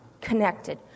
connected